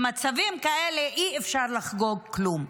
במצבים כאלה אי-אפשר לחגוג כלום.